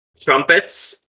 trumpets